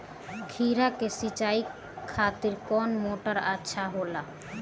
खीरा के सिचाई खातिर कौन मोटर अच्छा होला?